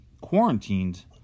quarantined